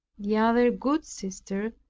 the other good sister,